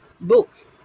book